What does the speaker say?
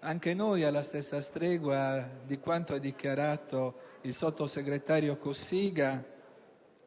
anche noi, alla stessa stregua di quanto ha dichiarato il sottosegretario Cossiga,